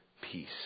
peace